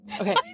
Okay